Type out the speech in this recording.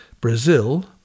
Brazil